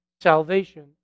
salvation